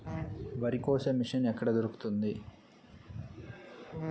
వరి కోసే మిషన్ ఎక్కడ దొరుకుతుంది?